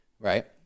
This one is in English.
Right